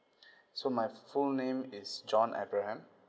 so my full name is john abraham